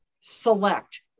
select